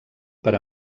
per